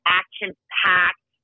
action-packed